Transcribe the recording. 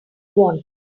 wanted